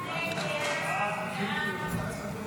ההסתייגות הוסרה.